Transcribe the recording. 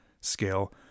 scale